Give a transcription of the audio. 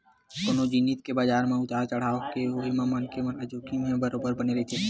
कोनो जिनिस के बजार म उतार चड़हाव के होय म मनखे ल जोखिम ह बरोबर बने रहिथे